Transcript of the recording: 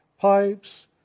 pipes